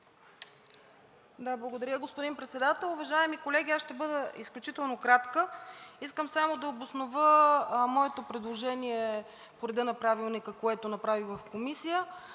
Благодаря, господин Председател. Уважаеми колеги, аз ще бъда изключително кратка. Искам само да обоснова моето предложение по реда на Правилника, което направих в Комисията.